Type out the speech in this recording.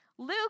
Luke